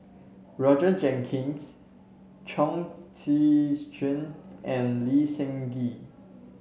Roger Jenkins Chong Tze Chien and Lee Seng Gee